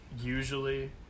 Usually